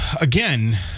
again